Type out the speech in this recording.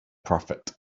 prophet